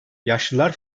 yaşlılar